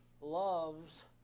loves